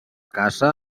casa